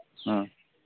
हाँ